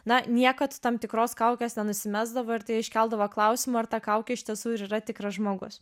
na niekad tam tikros kaukės nenusimesdavo ir tai iškeldavo klausimą ar ta kaukė iš tiesų ir yra tikras žmogus